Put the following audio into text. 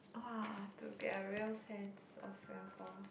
!wah! to get a real sense of Singapore